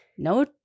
No